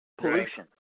pollution